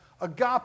agape